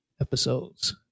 episodes